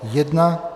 1.